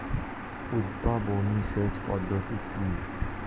উদ্ভাবনী সেচ পদ্ধতি কি?